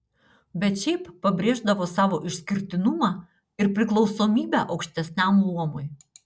bet šiaip pabrėždavo savo išskirtinumą ir priklausomybę aukštesniam luomui